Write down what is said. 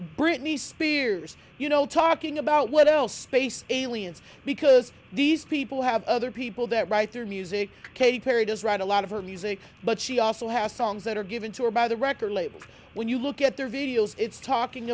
britney spears you know talking about what else space aliens because these people have other people that write their music katy perry does write a lot of her music but she also has songs that are given to her by the record labels when you look at their videos it's talking